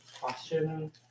question